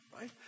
right